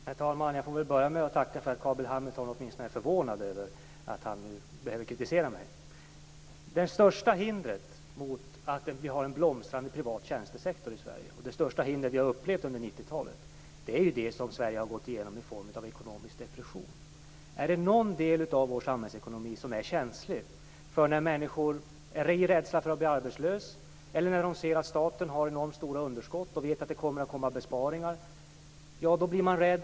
Herr talman! Jag får väl börja med att tacka för att Carl B Hamilton åtminstone är förvånad över att han nu behöver kritisera mig. Det största hindret mot en blomstrande privat tjänstesektor i Sverige och det största hindret som vi har upplevt under 1990-talet är det som Sverige har gått igenom i form av en ekonomisk depression. Det finns en del av vår samhällsekonomi som är känslig för när människor känner rädsla för att bli arbetslösa eller ser att staten har enormt stora underskott och vet att det kommer besparingar. Då blir man rädd.